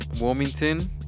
Wilmington